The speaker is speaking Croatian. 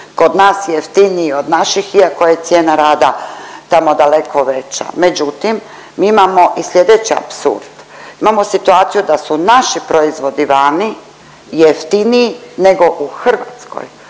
kod nas jeftiniji od naših iako je cijena rada tamo daleko veća. Međutim, imamo i slijedeći apsurd, imamo situaciju da su naši proizvodi vani jeftiniji nego u Hrvatskoj.